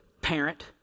parent